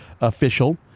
official